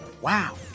Wow